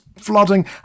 flooding